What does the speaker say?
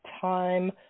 Time